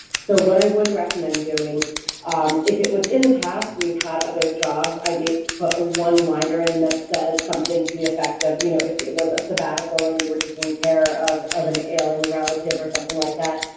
so what i would recommend doing if it was in the past and you've had other jobs i may put a one liner in that says something to the effect of you know if it was a sabbatical or you were taking care of of an ailing relative or something like that,